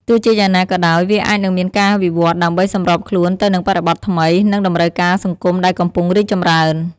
ទោះជាយ៉ាងណាក៏ដោយ វាអាចនឹងមានការវិវឌ្ឍន៍ដើម្បីសម្របខ្លួនទៅនឹងបរិបទថ្មី និងតម្រូវការសង្គមដែលកំពុងរីកចម្រើន។